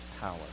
power